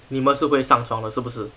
你们是会上床的是不是